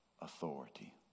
authority